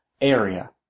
area